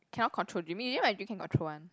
cannot control dream you you know my dream can control one